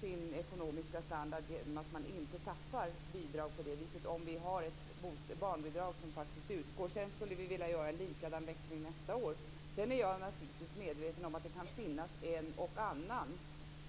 sin ekonomiska standard, då man inte tappar bidrag på det viset om vi har ett barnbidrag som faktiskt utgår. Sedan skulle vi vilja göra en likadan växling nästa år. Sedan är jag naturligtvis medveten om att det kan finnas en och annan